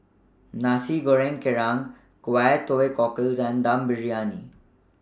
Nasi Goreng Kerang Kway Teow Cockles and Dum Briyani